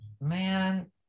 man